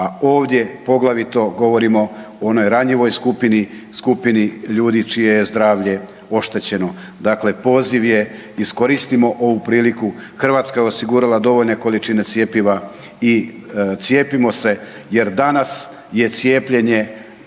a ovdje poglavito govorimo o onoj ranjivoj skupini, skupini ljudi čije je zdravlje oštećeno, dakle poziv je iskoristimo ovu priliku, Hrvatska je osigurala dovoljne količine cjepiva i cijepimo se jer danas je cijepljenje